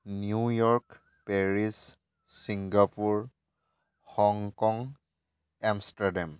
New York Paris Singapore Hong Kong Amsterdam